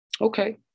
Okay